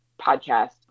podcast